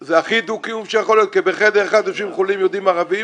הוא הכי דו קיום שיכול להיות כי בחדר אחד יש חולים יהודים וערבים,